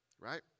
right